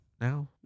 now